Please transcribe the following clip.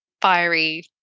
fiery